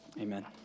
Amen